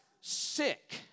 sick